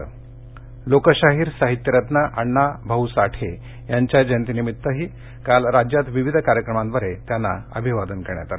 जयंती लोकशाहीर साहित्यरव अण्णा भाऊ साठे यांच्या जयंतीनिमित्त काल राज्यात विविध कार्यक्रमांद्वारे त्यांना वभिवादन करण्यात आलं